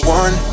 one